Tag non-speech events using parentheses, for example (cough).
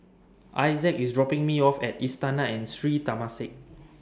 Isaac IS dropping Me off At Istana and Sri Temasek (noise)